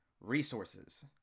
resources